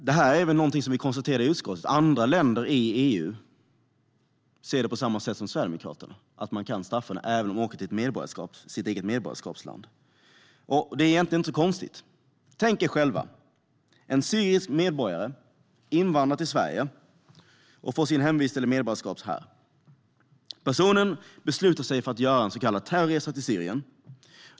Det är någonting som vi konstaterade i utskottet. Andra länder i EU ser det på samma sätt som Sverigedemokraterna. Man kan straffa människor även om de åker till sitt eget medborgarskapsland. Det är egentligen inte så konstigt. Tänk er själva: En syrisk medborgare invandrar till Sverige och får sin hemvist eller medborgarskap här. Personen beslutar sig för att göra en så kallad terrorresa till Syrien.